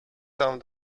sound